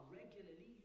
regularly